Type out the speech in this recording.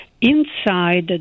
inside